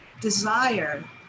desire